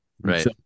Right